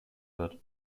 wird